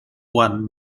one